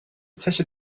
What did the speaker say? zeche